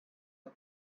the